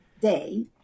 day